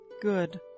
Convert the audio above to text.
good